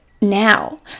now